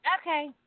Okay